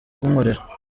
kunkorera